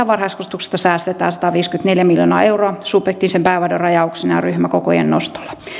varhaiskasvatuksesta säästetään sataviisikymmentäneljä miljoonaa euroa subjektiivisen päivähoidon rajauksena ja ryhmäkokojen nostolla